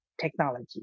technology